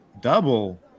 Double